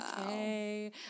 okay